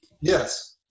Yes